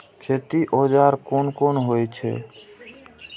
खेती औजार कोन कोन होई छै?